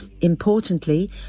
Importantly